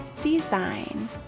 design